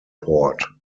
port